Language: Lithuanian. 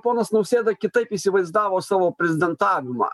ponas nausėda kitaip įsivaizdavo savo prezidentavimą